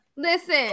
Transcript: Listen